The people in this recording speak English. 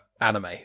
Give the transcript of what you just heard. anime